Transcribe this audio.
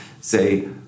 say